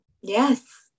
yes